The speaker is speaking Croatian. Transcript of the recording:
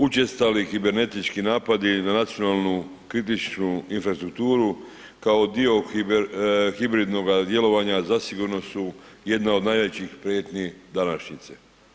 Učestali kibernetički napadi na nacionalnu kritičnu infrastrukturu, kao dio hibridnoga djelovanja, zasigurno su jedna od najjačih prijetnji današnjice.